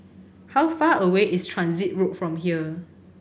how far away is Transit Road from here